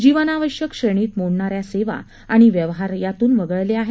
जीवनावश्यक श्रेणीत मोडणाऱ्या सेवा आणि व्यवहार यातून वगळले आहेत